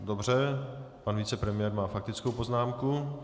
Dobře, pan vicepremiér má faktickou poznámku.